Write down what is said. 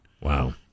wow